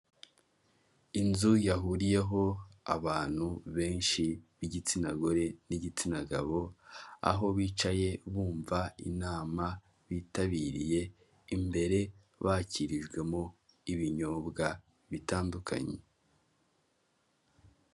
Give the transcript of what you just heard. Inzu yahuriyeho abantu benshi b'igitsina gore n'igitsina gabo, aho bicaye bumva inama bitabiriye. Imbere bakirijwemo ibinyobwa bitandukanye.